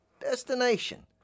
destination